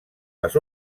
les